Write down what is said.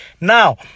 Now